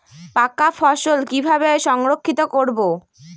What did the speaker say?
পাকা ফসল কিভাবে সংরক্ষিত করব?